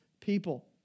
people